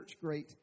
great